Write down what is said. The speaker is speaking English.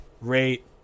rate